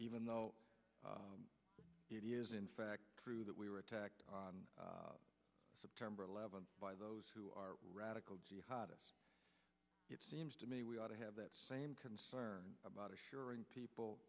even though it is in fact true that we were attacked on september eleventh by those who are radical jihad it seems to me we ought to have that same concern about assuring people